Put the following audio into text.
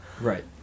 Right